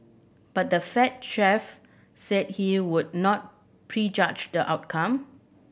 but the Fed chief said he would not prejudge the outcome